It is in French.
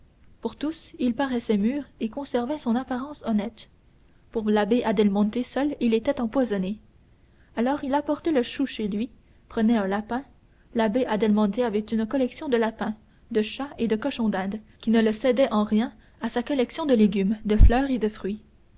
pour tous il paraissait mûr et conservait son apparence honnête pour l'abbé adelmonte seul il était empoisonné alors il apportait le chou chez lui prenait un lapin labbé adelmonte avait une collection de lapins de chats et de cochons d'inde qui ne le cédait en rien à sa collection de légumes de fleurs et de fruits labbé